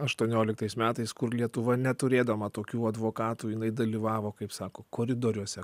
aštuonioliktais metais kur lietuva neturėdama tokių advokatų jinai dalyvavo kaip sako koridoriuose